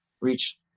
reach